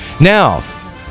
Now